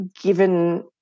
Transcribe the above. given